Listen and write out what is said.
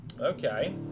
Okay